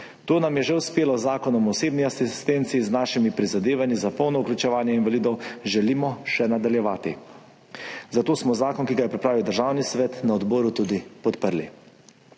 To nam je že uspelo z Zakonom o osebni asistenci, s svojimi prizadevanji za polno vključevanje invalidov želimo še nadaljevati, zato smo zakon, ki ga je pripravil Državni svet, na odboru tudi podprli.